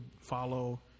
follow